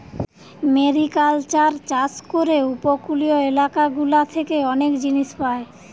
mariculture চাষ করে উপকূলীয় এলাকা গুলা থেকে অনেক জিনিস পায়